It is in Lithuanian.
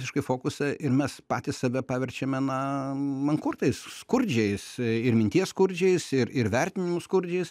visiškai fokusą ir mes patys save paverčiame na mankurtais skurdžiais ir minties skurdžiais ir ir vertinimų skurdžiais